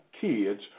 kids